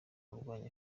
kurwanya